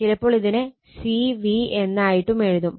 ചിലപ്പോൾ ഇതിനെ C V എന്നായിട്ടും എഴുതും